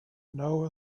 know